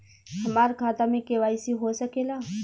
हमार खाता में के.वाइ.सी हो सकेला?